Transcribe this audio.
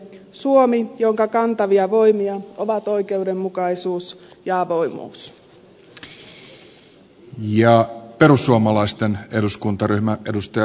suomi jonka kantavia voimia ovat oikeudenmukaisuus ja avoimuus